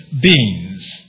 beings